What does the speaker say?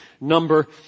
number